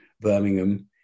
Birmingham